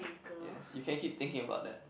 yes you can keep thinking about that